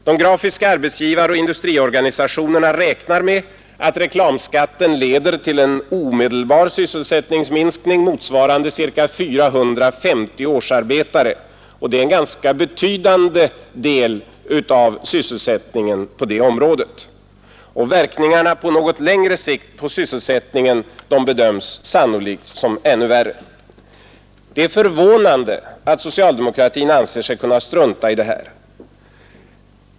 De grafiska arbetsgivaroch industriorganisationerna räknar med att reklamskatten leder till en omedelbar sysselsättningsminskning motsvarande ca 450 årsarbetare. Det är en ganska betydande del av sysselsättningen på det området. Verkningarna på något längre sikt på sysselsättningen bedöms sannolikt som ännu värre. Det är förvånande att socialdemokratin anser sig kunna strunta i detta.